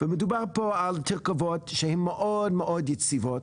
מדובר פה על תרכובות שהן מאוד-מאוד יציבות,